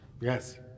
Yes